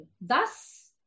Thus